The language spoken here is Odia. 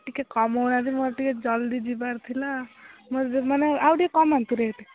ଟିକିଏ କମାଉନାହାନ୍ତି ମୋର ଟିକିଏ ଜଲ୍ଦି ଯିବାର ଥିଲା ମୋର ମାନେ ଆଉ ଟିକିଏ କମାନ୍ତୁ ରେଟ୍